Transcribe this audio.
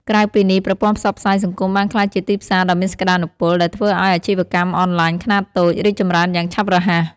ក្រៅពីនេះប្រព័ន្ធផ្សព្វផ្សាយសង្គមបានក្លាយជាទីផ្សារដ៏មានសក្តានុពល ដែលធ្វើឲ្យ អាជីវកម្មអនឡាញខ្នាតតូច រីកចម្រើនយ៉ាងឆាប់រហ័ស។